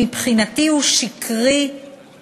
שמבחינתי הוא שקרי, על